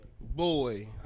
boy